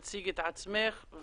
תציגי את עצמך.